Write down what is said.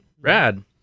Rad